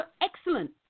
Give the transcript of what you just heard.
excellent